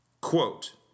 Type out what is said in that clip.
Quote